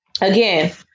Again